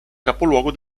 capoluogo